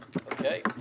Okay